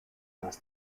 does